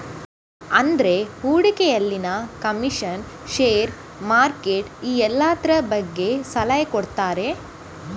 ಅಂದ್ರೆ ಹೂಡಿಕೆಯಲ್ಲಿನ commission, share, market ಈ ಎಲ್ಲದ್ರ ಬಗ್ಗೆ ಸಲಹೆ ಕೊಡ್ತಾರೆ